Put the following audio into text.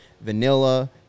vanilla